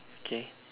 okay